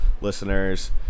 listeners